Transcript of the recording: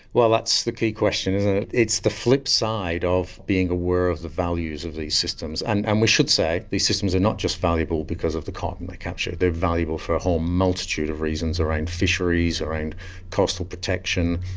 well, that's the key question, isn't it. it's the flipside of being aware of the values of these systems, and and we should say these systems are not just valuable because of the carbon they capture, they are valuable for a whole multitude of reasons around fisheries, around coastal protection,